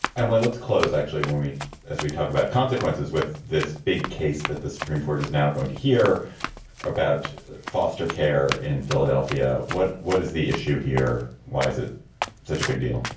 and let's close actually when we as we talk about consequences with this big case that the supreme court is now going to hear about foster care in philadelphia. what what is the issue here? why is it such a big deal?